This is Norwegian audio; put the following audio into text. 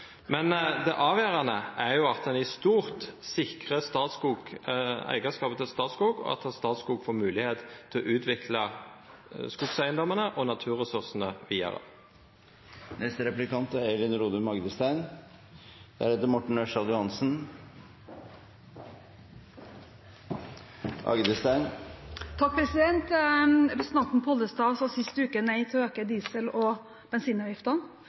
Men det avgjerande er at ein i stort sikrar eigarskapet til Statskog, og at Statskog får moglegheit til å utvikla skogeigedomane og naturressursane vidare. Representanten Pollestad sa sist uke nei til å øke diesel- og bensinavgiftene.